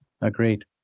Agreed